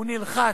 הוא נלחץ,